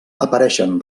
apareixen